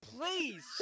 please